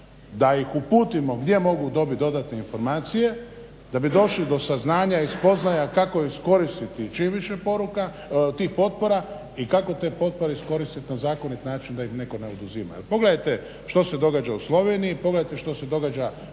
da bi došli do povratne informacije, da bi došli do saznanja i spoznaja kako iskoristiti čim više poruka, tihi potpora i kako te potpore iskoristiti na zakonit način da ih niko ne oduzima. Jer pogledajte što se događa u Sloveniji, pogledajte što se događa